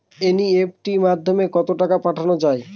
NEFT মাধ্যমে কত টাকা পাঠানো যায়?